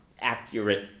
accurate